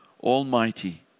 Almighty